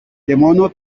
mono